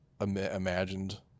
imagined